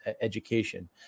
education